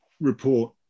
report